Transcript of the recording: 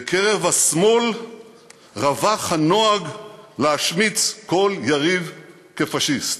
בקרב השמאל רווח הנוהג להשמיץ כל יריב כפאשיסט.